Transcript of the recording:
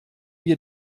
wir